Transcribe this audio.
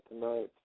tonight